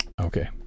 Okay